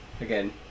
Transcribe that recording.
Again